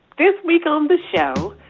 this week on this show.